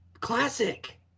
classic